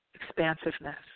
expansiveness